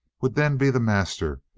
would then be the master,